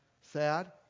Sad